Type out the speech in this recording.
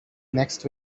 next